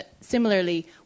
similarly